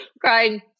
crying